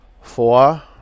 four